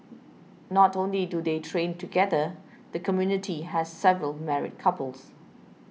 not only do they train together the community has several married couples